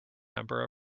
number